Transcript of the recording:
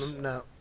No